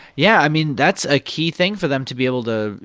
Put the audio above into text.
yeah, i mean, that's a key thing for them to be able to,